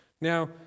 Now